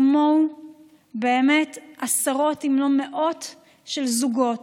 כמוהו באמת עשרות אם לא מאות של זוגות,